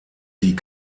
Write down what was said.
die